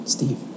Steve